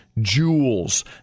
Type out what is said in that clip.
Jewels